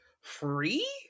free